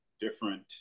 different